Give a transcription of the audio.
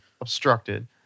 obstructed